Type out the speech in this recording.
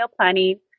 Planning